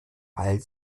weil